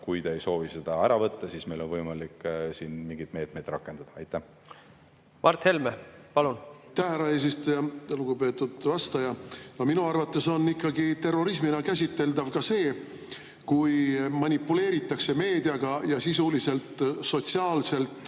kui te ei soovi seda ära võtta, siis meil on võimalik mingeid meetmeid rakendada. Mart Helme, palun! Mart Helme, palun! Aitäh, härra eesistuja! Lugupeetud vastaja! Minu arvates on ikkagi terrorismina käsitletav ka see, kui manipuleeritakse meediaga ja sisuliselt sotsiaalselt